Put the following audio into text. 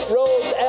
rose